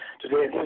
today